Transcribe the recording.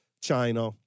China